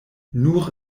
nur